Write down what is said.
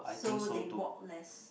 so they walk less